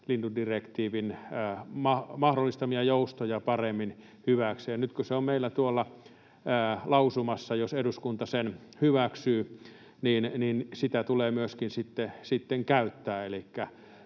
lintudirektiivin mahdollistamia joustoja paremmin hyväksi, ja nyt kun se on meillä tuolla lausumassa ja jos eduskunta sen hyväksyy, niin sitä tulee myöskin sitten käyttää.